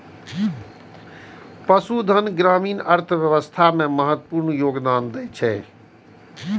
पशुधन ग्रामीण अर्थव्यवस्था मे महत्वपूर्ण योगदान दै छै